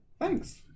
Thanks